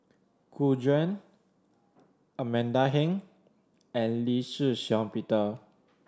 Gu Juan Amanda Heng and Lee Shih Shiong Peter